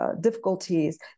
difficulties